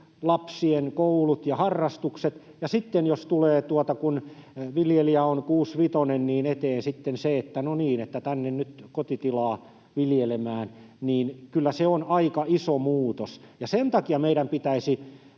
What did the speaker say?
lapsien koulut ja harrastukset. Ja jos sitten, kun viljelijä on kuusivitonen, tulee eteen se, että ”tänne nyt kotitilaa viljelemään”, niin kyllä se on aika iso muutos. Sen takia meidän pitäisi